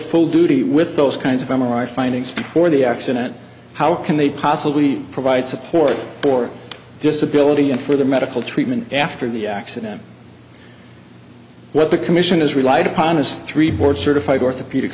full duty with those kinds of m r i findings before the accident how can they possibly provide support for disability and for the medical treatment after the accident what the commission has relied upon is three board certified orthopedic